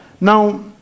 Now